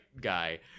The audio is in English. guy